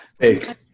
Hey